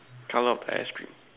colour of the ice cream